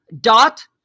dot